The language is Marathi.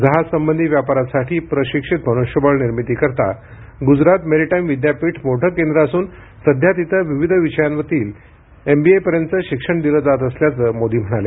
जहाजसंबंधी व्यापारासाठी प्रशिक्षित मनुष्यबळ निर्मितीकरता गुजरात मेरिटाईम विद्यापीठ मोठ केंद्र असून सध्या तिथं विविध विषयांतील एमबीएपर्यंतचं शिक्षण दिलं जात असल्याचं मोदी म्हणाले